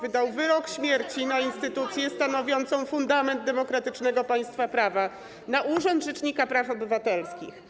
wydał wyrok śmierci na instytucję stanowiącą fundament demokratycznego państwa prawa, na urząd rzecznika praw obywatelskich.